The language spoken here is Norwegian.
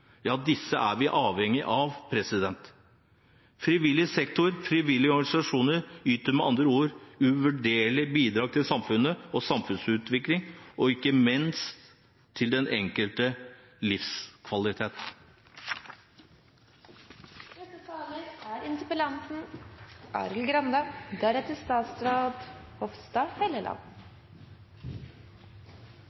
ja, disse er vi avhengig av. Frivillig sektor og frivillige organisasjoner yter med andre ord uvurderlige bidrag til samfunnet og samfunnsutviklingen og ikke minst til den